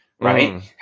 Right